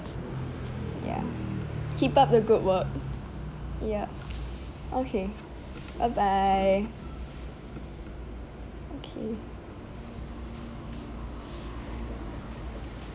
ya keep up the good work yup okay bye bye okay